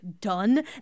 done